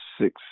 six